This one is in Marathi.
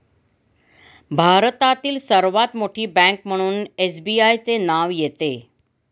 भारतातील सर्वात मोठी बँक म्हणून एसबीआयचे नाव येते